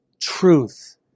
truth